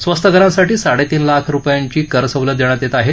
स्वस्त घरांसाठी साडेतीन लाख रुपयांची करसवलत देण्यात येणार आहे